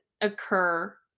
occur